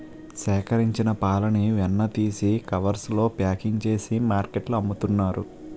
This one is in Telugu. సేకరించిన పాలని వెన్న తీసి కవర్స్ లో ప్యాకింగ్ చేసి మార్కెట్లో అమ్ముతున్నారు